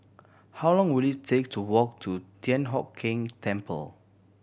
how long will it take to walk to Thian Hock Keng Temple